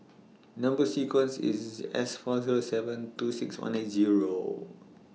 Number sequence IS S four Zero seven two six one eight Zero